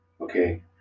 Okay